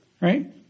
Right